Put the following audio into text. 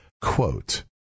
Quote